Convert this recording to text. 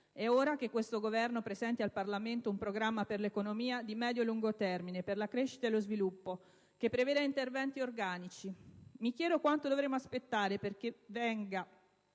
È ora che questo Governo presenti al Parlamento un programma per l'economia di medio e lungo termine per la crescita e lo sviluppo, che preveda interventi organici. Mi chiedo quanto dovremo aspettare, ad esempio,